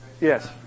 Yes